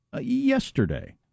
yesterday